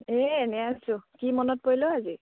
এ এনে আছোঁ কি মনত পৰিল ঔ আজি